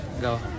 Go